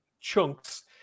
chunks